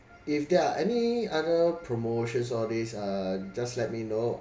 if there are any other promotions all these uh just let me know